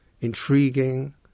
intriguing